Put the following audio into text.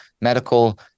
medical